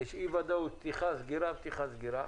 ויש פתיחה-סגירה, פתיחה-סגירה.